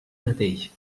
mateix